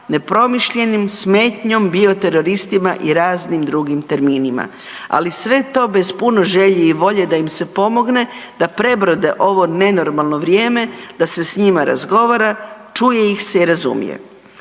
nepromišljenim, smetnjom, bio teroristima i raznim drugim terminima. Ali sve to bez puno želje i volje da im se pomogne da prebrode ovo nenormalno vrijeme, da se s njima razgovara, čuje ih se i razumije.